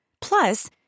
Plus